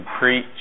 preach